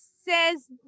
says